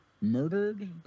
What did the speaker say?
murdered